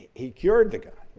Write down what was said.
he cured the guy.